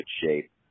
shape